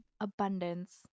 abundance